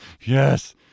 Yes